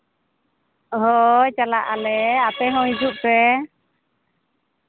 ᱦᱳᱭ ᱪᱟᱞᱟᱜ ᱟᱞᱮ ᱟᱯᱮ ᱦᱚᱸ ᱦᱤᱡᱩᱜ ᱯᱮ